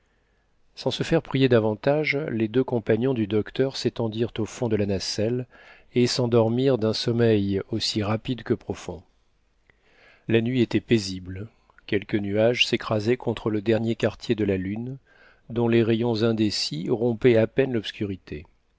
sans se faire prier davantage les deux compagnons du docteur s'étendirent au fond de la nacelle et s'endormirent d'un sommeil aussi rapide que profond la nuit était paisible quelques nuages s'écrasaient contre le dernier quartier de la lune dont les rayons indécis rompaient à peine l'obscurité